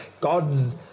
God's